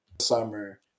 summer